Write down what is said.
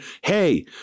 Hey